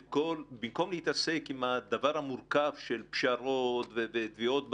במקום להתעסק עם הדבר המורכב של פשרות ותביעות בעלות,